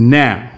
now